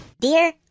Dear